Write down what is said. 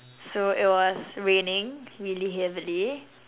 so it was raining really heavily